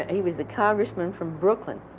he was a congressman from brooklyn,